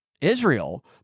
Israel